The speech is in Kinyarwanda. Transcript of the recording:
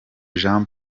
jean